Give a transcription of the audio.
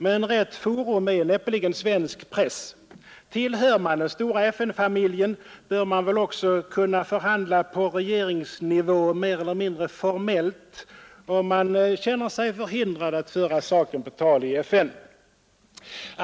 Men rätt forum är näppeligen svensk press, Tillhör man den stora FN-familjen, bör man väl också kunna förhandla på regeringsnivå mer eller mindre formellt, om man känner sig förhindrad att föra saken på tal i FN.